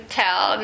tell